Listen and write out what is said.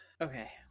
Okay